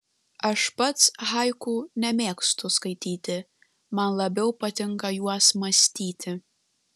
aš pats haiku nemėgstu skaityti man labiau patinka juos mąstyti